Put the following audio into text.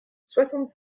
soixante